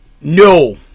No